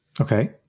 okay